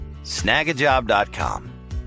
snagajob.com